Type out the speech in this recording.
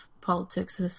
politics